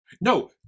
no